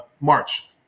March